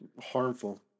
harmful